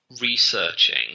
Researching